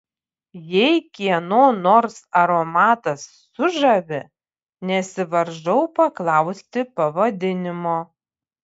jei kieno nors aromatas sužavi nesivaržau paklausti pavadinimo